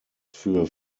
für